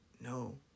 no